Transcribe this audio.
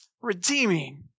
redeeming